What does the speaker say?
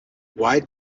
why